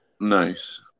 Nice